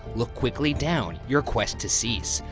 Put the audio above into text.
look quickly down, your quest to cease,